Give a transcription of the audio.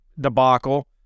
debacle